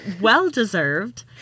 well-deserved